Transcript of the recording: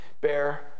bear